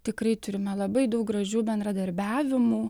tikrai turime labai daug gražių bendradarbiavimų